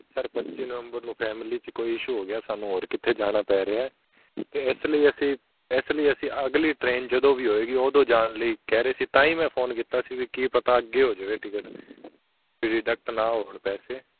sir ਪੱਚੀ ਨਵੰਬਰ ਨੂੰ ਫੈਮਿਲੀ 'ਚ ਕੋਈ ਇਸ਼ੂ ਹੋ ਗਿਆ ਸਾਨੂੰ ਹੋਰ ਕਿੱਥੇ ਜਾਣਾ ਪੈ ਰਿਹਾ ਅਤੇ ਇਸ ਲਈ ਅਸੀਂ ਇਸ ਲਈ ਅਸੀਂ ਅਗਲੀ ਟ੍ਰੇਨ ਜਦੋਂ ਵੀ ਹੋਏਗੀ ਉਦੋਂ ਜਾਣ ਲਈ ਕਹਿ ਰਹੇ ਸੀ ਤਾਂ ਹੀ ਮੈਂ ਫੋਨ ਕੀਤਾ ਸੀ ਵੀ ਕੀ ਪਤਾ ਅੱਗੇ ਹੋ ਜਾਵੇ ਟਿਕਟ ਵੀ ਡਿਡਕਟ ਨਾ ਹੋਣ ਪੈਸੇ